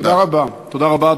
תודה רבה, תודה רבה.